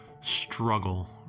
struggle